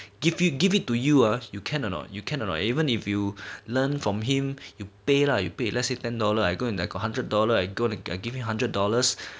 give you give it to you ah you can or not you can or not eh even if you learn from him you pay lah you pay let's ten dollar I go and I have a hundred dollar I go go give him a hundred dollars